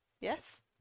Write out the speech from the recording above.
yes